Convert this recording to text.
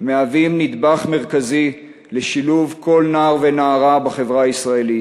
מהווים נדבך מרכזי לשילוב כל נער ונערה בחברה הישראלית,